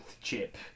chip